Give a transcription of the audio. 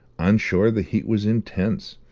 on shore the heat was intense,